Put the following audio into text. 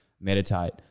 meditate